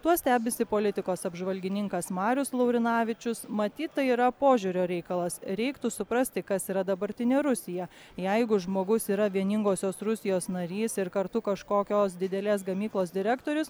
tuo stebisi politikos apžvalgininkas marius laurinavičius matyt tai yra požiūrio reikalas reiktų suprasti kas yra dabartinė rusija jeigu žmogus yra vieningosios rusijos narys ir kartu kažkokios didelės gamyklos direktorius